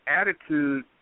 attitude